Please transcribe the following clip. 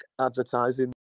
advertising